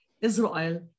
Israel